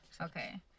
Okay